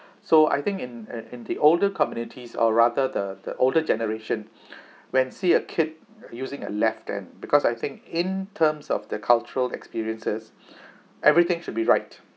so I think in an in the older communities or rather the the older generation when see a kid using a left hand because I think in terms of the cultural experiences everything should be right